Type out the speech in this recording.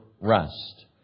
rest